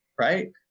Right